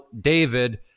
David